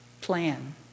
plan